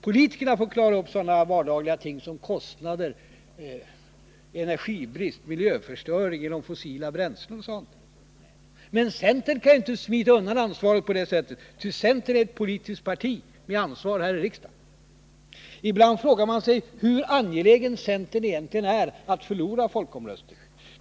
Politikerna får klara upp sådana vardagliga ting som kostnader, energibrist och miljöförstöring genom fossila bränslen. Men centern kan ju inte smita undan ansvaret på det sättet, ty centern är ett politiskt parti med ansvar här i riksdagen. Ibland frågar man sig hur angelägen centern egentligen är om att förlora folkomröstningen.